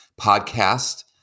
podcast